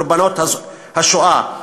קורבנות השואה,